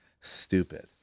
stupid